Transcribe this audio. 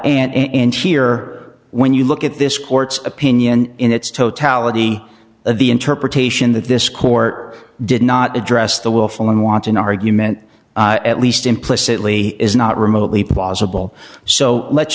and here when you look at this court's opinion in its totality of the interpretation that this court did not address the willful and wanton argument at least implicitly is not remotely possible so let's